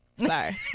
Sorry